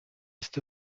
ist